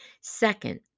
Second